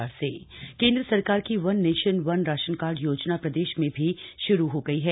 one nation one ration card केंद्र सरकार की one nation one ration card योजना प्रदेश में भी शुरू हो गई है